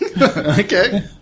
Okay